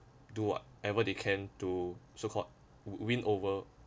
do what ever they can to so called win over